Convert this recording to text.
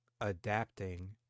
adapting